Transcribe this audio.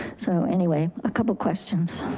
so anyway, a couple of questions.